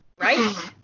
right